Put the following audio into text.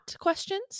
questions